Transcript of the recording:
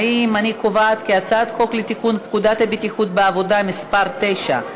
חוק לתיקון פקודת הבטיחות בעבודה (מס' 9),